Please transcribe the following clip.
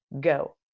go